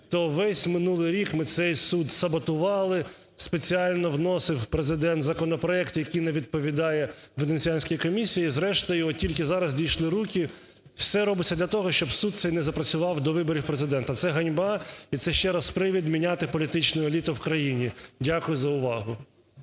то весь минулий рік ми цей суд саботували, спеціально вносив Президент законопроект, який не відповідає Венеціанській комісії. Зрештою тільки зараз дійшли руки. Все робиться для того, щоб суд цей не запрацював до виборів Президента. Це ганьба. І це ще раз привід міняти політичну еліту в країні. Дякую за увагу.